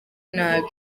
nabi